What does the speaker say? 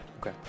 Okay